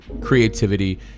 creativity